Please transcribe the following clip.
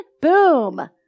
Boom